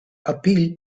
appeal